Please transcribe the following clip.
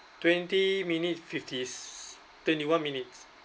twenty minutes fifty s~ twenty one minutes